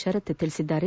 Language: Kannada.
ಶರತ್ ತಿಳಿಸಿದ್ದಾರೆ